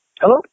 Hello